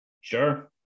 Sure